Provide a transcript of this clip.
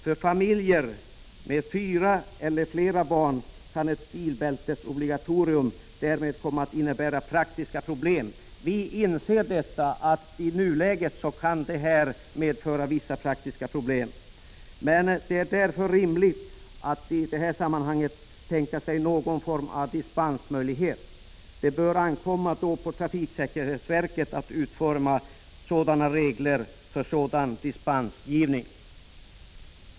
För familjer med fyra barn eller fler kan ett bilbältesobligatorium således komma att innebära vissa praktiska problem, vilket vi också har insett. Det är därför rimligt att i detta sammanhang tänka sig någon form av dispens. Det bör ankomma på trafiksäkerhetsverket att utforma regler för sådan dispensgivning.